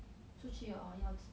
出去 hor 要吃